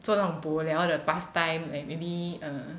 做那种 bo liao 的 pass time and maybe err